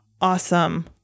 awesome